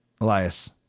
Elias